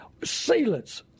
Sealants